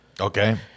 Okay